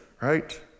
right